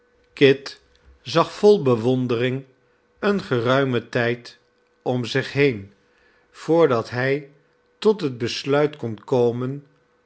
kit zag vol bewondering een geruimen tijd om zich heen voordat hij tot het besluit kon komen